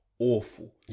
Awful